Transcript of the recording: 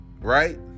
Right